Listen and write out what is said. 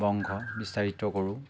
বংশ বিস্তাৰিত কৰোঁ